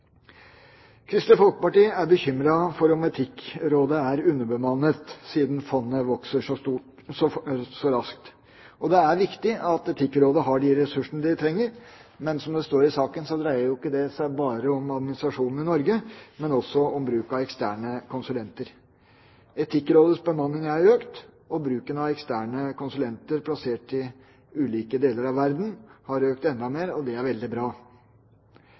Kristelig Folkeparti er bekymret for om Etikkrådet er underbemannet, siden fondet vokser så raskt. Det er viktig at Etikkrådet har de ressursene de trenger, men – som det står i saken – det dreier seg ikke bare om administrasjonen i Norge, men også om bruk av eksterne konsulenter. Etikkrådets bemanning er økt, og bruken av eksterne konsulenter plassert i ulike deler av verden har økt enda mer, og det er veldig bra.